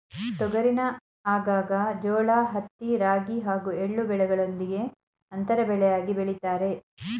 ತೊಗರಿನ ಆಗಾಗ ಜೋಳ ಹತ್ತಿ ರಾಗಿ ಹಾಗೂ ಎಳ್ಳು ಬೆಳೆಗಳೊಂದಿಗೆ ಅಂತರ ಬೆಳೆಯಾಗಿ ಬೆಳಿತಾರೆ